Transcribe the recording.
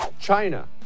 China